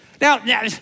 Now